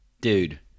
Dude